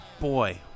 Boy